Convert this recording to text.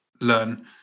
learn